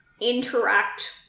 interact